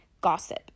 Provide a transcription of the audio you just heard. gossip